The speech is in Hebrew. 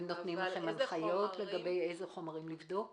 הם נותנים לכם הנחיות לגבי אילו חומרים לבדוק?